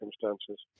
circumstances